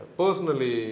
personally